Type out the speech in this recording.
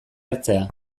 hartzea